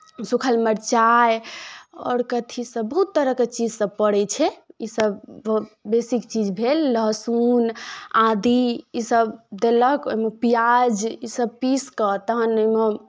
सूखल मिरचाइ आओर कथीसभ बहुत तरहके चीज सभ पड़ै छै ईसभ बेसिक चीज भेल लहसुन आदी ईसभ देलक ओहिमे प्याज ईसभ पीसि कऽ तखन ओहिमे